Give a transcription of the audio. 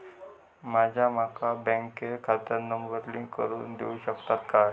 माका माझ्या बँक खात्याक नंबर लिंक करून देऊ शकता काय?